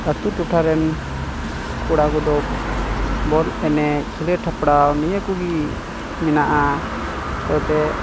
ᱟᱹᱛᱩ ᱴᱚᱴᱷᱟ ᱨᱮᱱ ᱠᱚᱲᱟ ᱠᱚᱫᱚ ᱵᱚᱞ ᱮᱱᱮᱡ ᱠᱷᱮᱞᱳ ᱦᱮᱯᱨᱟᱣ ᱱᱤᱭᱟᱹ ᱠᱚᱜᱮ ᱢᱮᱱᱟᱜᱼᱟ ᱛᱚᱵᱮ